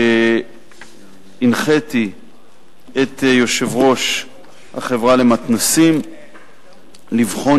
שהנחיתי את יושב-ראש החברה למתנ"סים לבחון